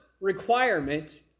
requirement